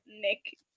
Nick